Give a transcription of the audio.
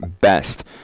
best